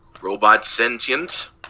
robot-sentient